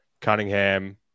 Cunningham